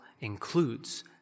includes